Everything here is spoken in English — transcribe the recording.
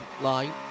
line